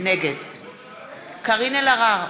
נגד קארין אלהרר,